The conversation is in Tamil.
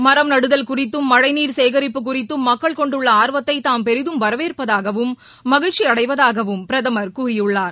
மரம் நடுதல் குறித்தும் மழை நீர் சேகரிப்பு குறித்தும் மக்கள் கொண்டுள்ள ஆர்வத்தை தாம் பெரிதும் வரவேற்பதாகவும் மகிழ்ச்சி அடைவதாகவும் பிரதமர் கூறியுள்ளார்